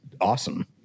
awesome